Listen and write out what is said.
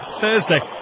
Thursday